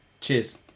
Cheers